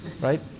right